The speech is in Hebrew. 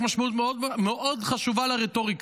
ויש משמעות מאוד חשובה לרטוריקה,